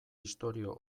istorio